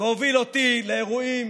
זה הוביל אותי לאירועים